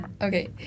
Okay